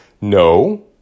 No